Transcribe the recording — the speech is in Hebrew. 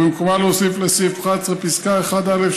ובמקומה להוסיף לסעיף 11 פסקה (1א),